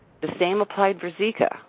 the same applied for zika.